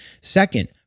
Second